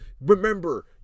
Remember